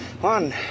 One